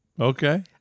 Okay